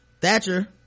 Thatcher